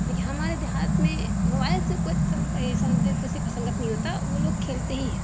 دیکھیے ہمارے دیہات میں موبائل سے کچھ کسی کا سنگت نہیں ہوتا وہ لوگ کھیلتے ہی ہیں